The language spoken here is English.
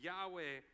Yahweh